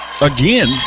Again